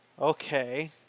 Okay